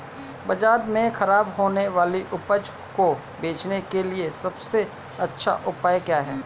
बाजार में खराब होने वाली उपज को बेचने के लिए सबसे अच्छा उपाय क्या है?